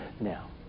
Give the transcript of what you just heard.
Now